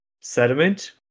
sediment